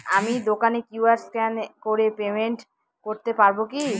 আমি দোকানে QR scan করে পেমেন্ট করতে পারবো কি?